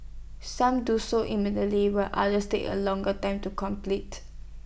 some do so immediately while others take A longer time to complete